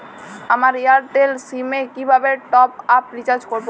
আমার Airtel sim এ কিভাবে টপ আপ রিচার্জ করবো?